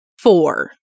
four